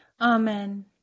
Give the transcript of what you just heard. Amen